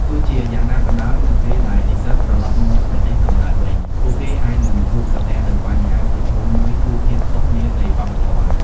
ទោះជាយ៉ាងណាក៏ដោយ នៅពេលដែលនិស្សិតត្រឡប់មកប្រទេសកំណើតវិញ ពួកគេអាចនឹងជួបប្រទះនូវបញ្ហាប្រឈមមួយគឺភាពខុសគ្នានៃវប្បធម៌ ។